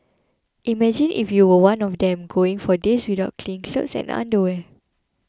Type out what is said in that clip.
imagine if you were one of them going for days without clean clothes and underwear